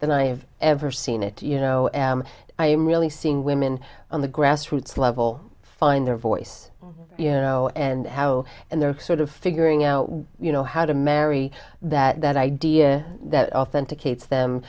than i have ever seen it you know am i am really seeing women on the grassroots level find their voice you know and how and they're sort of figuring out you know how to marry that idea that authenticates them